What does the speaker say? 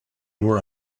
were